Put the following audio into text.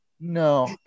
no